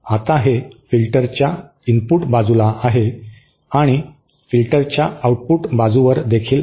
आता हे फिल्टरच्या इनपुट बाजूला आहे आणि फिल्टरच्या आउटपुट बाजूवरदेखील आहे